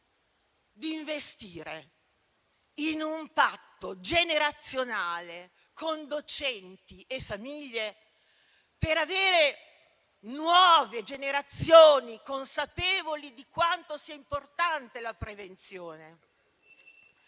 di investire in un patto generazionale con docenti e famiglie, per avere nuove generazioni consapevoli di quanto sia importante la prevenzione.